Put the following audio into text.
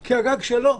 כי הגג שלו.